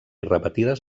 repetides